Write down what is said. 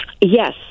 Yes